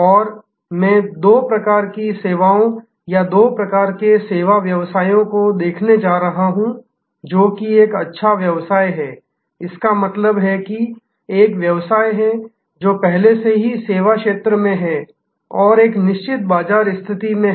और मैं दो प्रकार की सेवाओं या दो प्रकार के सेवा व्यवसायों को देखने जा रहा हूं एक जो कि एक अच्छा व्यवसाय है इसका मतलब है कि एक व्यवसाय है जो पहले से ही सेवा में है और एक निश्चित बाजार स्थिति में है